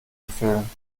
empfehlen